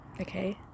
Okay